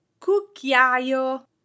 cucchiaio